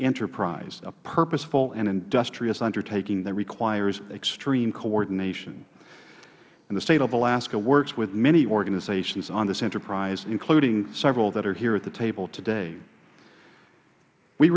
enterprise a purposeful and industrious undertaking that requires extreme coordination the state of alaska works with many organizations on this enterprise including several that are here at the table today we